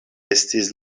estis